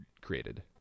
created